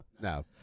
No